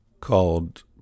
called